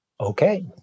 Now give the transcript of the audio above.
Okay